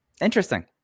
interesting